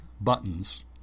buttons